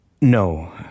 no